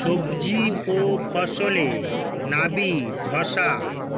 সবজি ও ফসলে নাবি ধসা